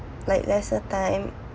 like lesser time